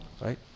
right